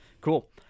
Cool